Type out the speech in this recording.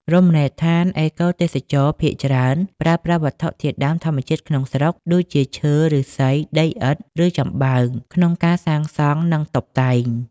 រមណីយដ្ឋានអេកូទេសចរណ៍ ភាគច្រើនប្រើប្រាស់វត្ថុធាតុដើមធម្មជាតិក្នុងស្រុក ដូចជាឈើ ឫស្សី ដីឥដ្ឋ ឬចំបើង ក្នុងការសាងសង់និងតុបតែង។